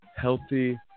healthy